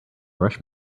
rush